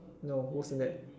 no worst than that